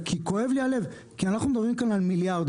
כואב לי הלב כי אנחנו מדברים כאן על מיליארדים.